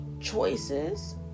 Choices